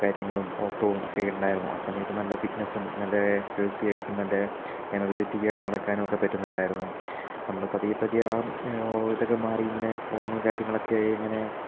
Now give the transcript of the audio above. കാര്യങ്ങളും ഓട്ടവും ഒക്കെ ഉണ്ടായിരുന്നു ആ സമയത്ത് നല്ല ഫിറ്റ്നസും നല്ല ഹെൽത്തിയായിട്ടും നല്ല എനർജറ്റിക് ആയിട്ട് നടക്കാനും ഒക്കെ പറ്റുന്നുണ്ടായിരുന്നു നമ്മള് പതിയെ പതിയെ ആ ഇതൊക്കെ മാറി ഇങ്ങനെ ഫോണ് കാര്യങ്ങളൊക്കെ ആയി ഇങ്ങനെ